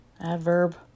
Adverb